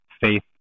faith